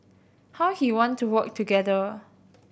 how he want to work together